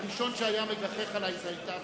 הראשון שהיה מגחך עלי היית אתה,